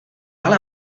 ale